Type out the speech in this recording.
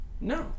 No